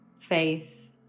faith